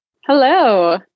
Hello